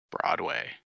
broadway